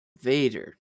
Vader